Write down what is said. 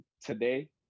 Today